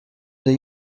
the